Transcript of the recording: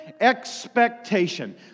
expectation